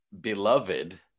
beloved